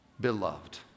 beloved